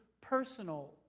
personal